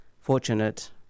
fortunate